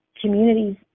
communities